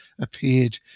appeared